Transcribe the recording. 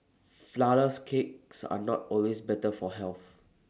Flourless Cakes are not always better for health